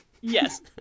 Yes